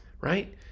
right